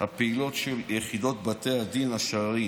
הפעילות של יחידות בתי הדין השרעיים.